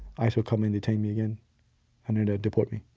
ice will come and detain me again and and deport me.